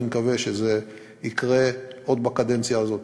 ואני מקווה שזה יקרה עוד בקדנציה הזאת.